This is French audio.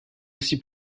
aussi